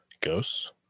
Ghosts